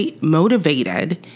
motivated